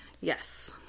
Yes